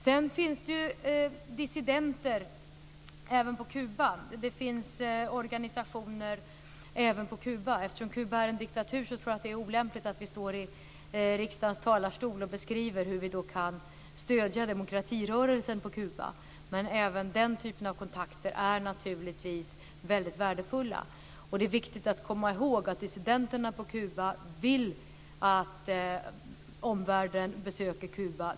Sedan finns det ju dissidenter och organisationer även på Kuba. Eftersom Kuba är en diktatur tror jag att det är olämpligt att jag står i riksdagens talarstol och beskriver hur vi kan stödja demokratirörelsen på Kuba. Även den typen av kontakter är naturligtvis väldigt värdefulla. Det är viktigt att komma ihåg att dissidenterna på Kuba vill att omvärlden besöker Kuba.